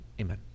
amen